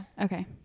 Okay